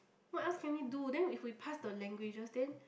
what else can we do then if we pass the languages then